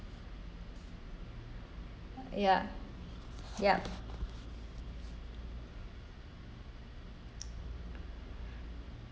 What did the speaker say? ya yup